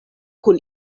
kun